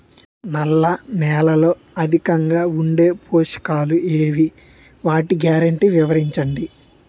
నల్ల నేలలో అధికంగా ఉండే పోషకాలు ఏవి? వాటి గ్యారంటీ వివరించండి?